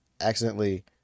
accidentally